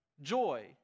Joy